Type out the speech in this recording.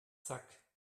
zack